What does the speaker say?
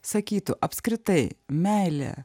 sakytų apskritai meilė